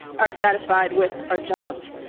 are satisfied with our jobs